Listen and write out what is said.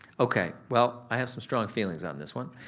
okay well, i have some strong feelings on this one.